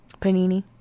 Panini